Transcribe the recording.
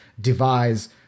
devise